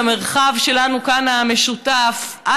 במרחב המשותף שלנו כאן,